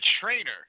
trainer